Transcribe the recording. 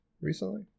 recently